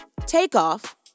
Takeoff